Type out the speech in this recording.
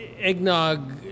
eggnog